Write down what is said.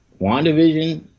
WandaVision